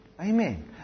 Amen